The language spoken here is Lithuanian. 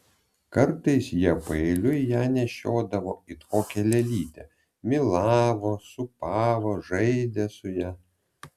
kartais jie paeiliui ją nešiodavo it kokią lėlytę mylavo sūpavo žaidė su ja